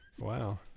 wow